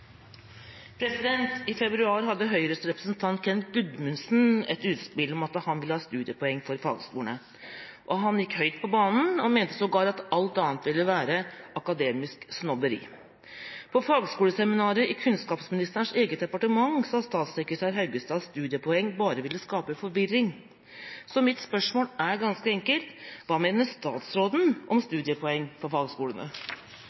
replikkordskifte. I februar hadde Høyre-representanten Kent Gudmundsen et utspill om at han ville ha studiepoeng på fagskolene. Han gikk høyt på banen og mente sågar at alt annet ville være «akademisk snobberi». På fagskoleseminaret i kunnskapsministerens eget departement sa statssekretær Haugstad at studiepoeng bare ville skape forvirring. Så mitt spørsmål er ganske enkelt: Hva mener statsråden om